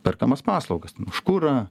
perkamas paslaugas už kurą